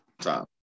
time